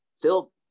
Phil